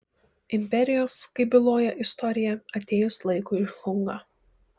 imperijos kaip byloja istorija atėjus laikui žlunga